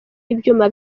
ibyuma